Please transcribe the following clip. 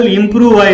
improve